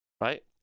right